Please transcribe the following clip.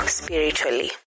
spiritually